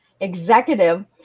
executive